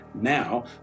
Now